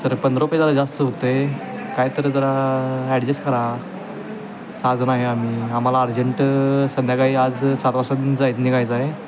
तर पंधरा रुपये जरा जास्त होते आहे काय तरी जरा ॲडजेस्ट करा सहाजणं आहे आम्ही आम्हाला अर्जंट संध्याकाळी आज सात वाजता जाय निघायचं आहे